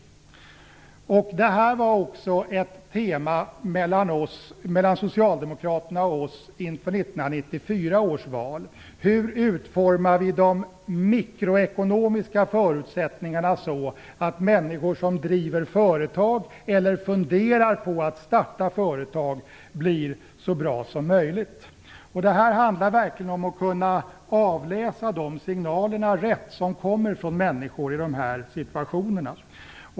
Ett tema mellan socialdemokraterna och oss inför 1994 års val var hur vi utformar de mikroekonomiska förutsättningarna för de människor som driver företag eller funderar på att starta företag så att de blir så bra som möjligt. Det handlar verkligen om att kunna avläsa de signaler rätt som kommer från människor i sådana situationer.